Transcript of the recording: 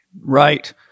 Right